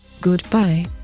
Goodbye